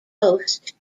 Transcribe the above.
post